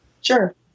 sure